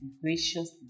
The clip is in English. gracious